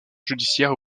judiciaire